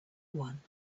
one